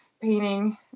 painting